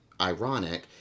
ironic